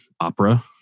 opera